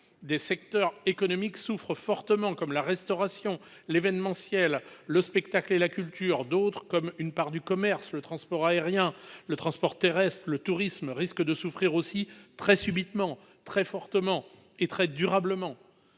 Des secteurs économiques souffrent fortement, comme ceux de la restauration, de l'événementiel, des spectacles, de la culture. D'autres, comme une partie du commerce, le transport aérien, le tourisme, risquent de souffrir aussi très fortement, très subitement et très durablement